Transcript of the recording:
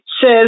says